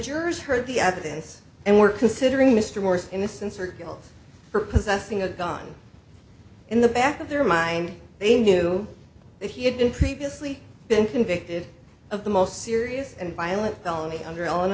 jurors heard the evidence and were considering mr morse innocence or guilt for possessing a gun in the back of their mind they knew that he had been previously been convicted of the most serious and violent felony un